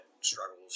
struggles